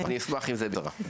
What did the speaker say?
אני אשמח אם זה יהיה בקצרה.